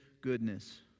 goodness